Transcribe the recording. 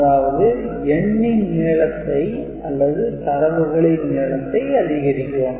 அதாவது எண்ணின் நீளத்தை அல்லது தரவுகளின் நீளத்தை அதிகரிக்கிறோம்